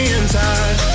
inside